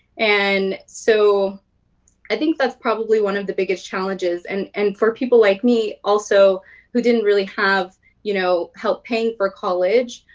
and so i think that's probably one of the biggest challenges. and and for people like me also who didn't really have you know help paying for college,